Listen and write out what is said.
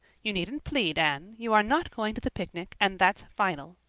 you needn't plead, anne. you are not going to the picnic and that's final.